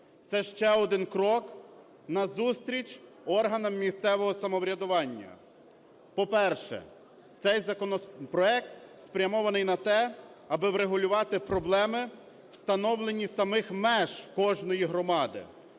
Це ще один крок назустріч органам місцевого самоврядування. По-перше, цей законопроект спрямований на те, аби врегулювати проблеми встановлення самих меж кожної громади.